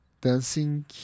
dancing